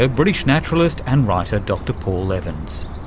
ah british naturalist and writer dr paul evans.